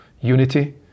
unity